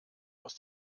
aus